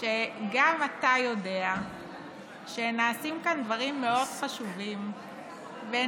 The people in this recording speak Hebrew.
שגם אתה יודע שנעשים כאן דברים מאוד חשובים ונעשה,